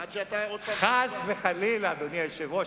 חס וחלילה, אדוני היושב-ראש.